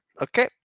Okay